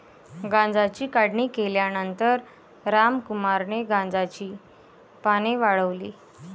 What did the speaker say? गांजाची काढणी केल्यानंतर रामकुमारने गांजाची पाने वाळवली